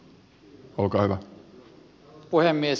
arvoisa puhemies